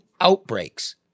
outbreaks